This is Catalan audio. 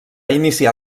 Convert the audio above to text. iniciar